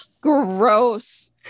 gross